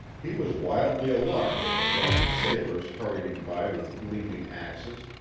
he was wildly alarmed at the rush of sailors hurrying by with gleaming axes,